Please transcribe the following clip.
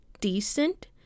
decent